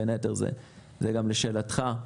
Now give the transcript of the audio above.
בין היתר, גם לשאלתך,